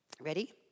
Ready